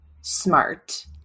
smart